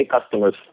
customers